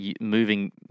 moving